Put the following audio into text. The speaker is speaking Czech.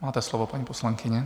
Máte slovo, paní poslankyně.